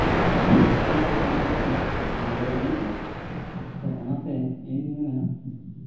ᱦᱚᱜᱼᱚᱭᱱᱟ ᱛᱮᱦᱟᱸᱜ ᱢᱚᱱᱮ ᱠᱟᱜ ᱢᱮ ᱞᱟᱜᱽᱲᱮ ᱫᱚᱵᱚᱱ ᱮᱱᱮᱡᱼᱟ ᱛᱚ ᱚᱱᱟᱛᱮ ᱤᱧ ᱫᱩᱧ ᱞᱟᱹᱭᱟ